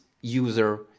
user